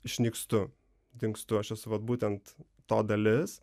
išnykstu dingstu aš esu vat būtent to dalis